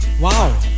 Wow